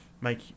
make